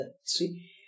See